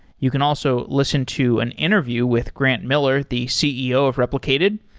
you can also listen to an interview with grant miller, the ceo of replicated,